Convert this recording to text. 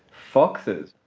foxes?